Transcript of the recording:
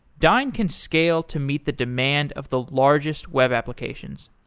dyn can scale to meet the demand of the largest web applications.